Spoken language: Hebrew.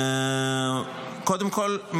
קודם כול,